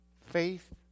faith